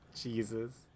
Jesus